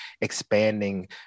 expanding